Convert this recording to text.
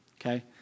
okay